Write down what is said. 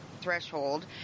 threshold